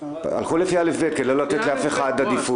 הלכו לפי א'-ב' כדי לא לתת לאף אחד עדיפות.